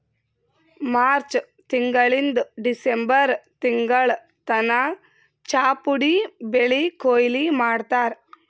March ತಿಂಗಳಿಂದ್ December ತಿಂಗಳ್ ತನ ಚಾಪುಡಿ ಬೆಳಿ ಕೊಯ್ಲಿ ಮಾಡ್ತಾರ್